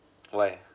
why